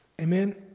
Amen